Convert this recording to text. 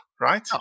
right